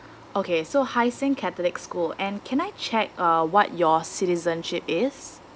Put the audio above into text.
okay so hai sing catholic school and can I check uh what your citizenship is